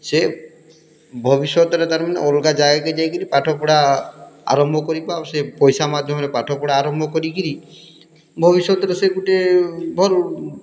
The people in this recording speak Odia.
ସେ ଭବିଷ୍ୟତରେ ତାର୍ମାନେ ଅଲ୍ଗା ଜାଗାକେ ଯାଇକରି ପାଠ ପଢା ଆରମ୍ଭ କରିବ ଆଉ ସେ ପଇସା ମାଧ୍ୟମରେ ପାଠ ପଢା ଆରମ୍ଭ କରି କିରି ଭବିଷ୍ୟତ୍ରେ ସେ ଗୁଟେ ଭଲ୍